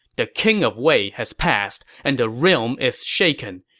the king of wei has passed, and the realm is shaken.